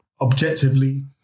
objectively